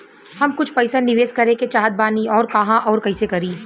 हम कुछ पइसा निवेश करे के चाहत बानी और कहाँअउर कइसे करी?